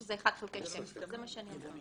שזה 1/12. תודה,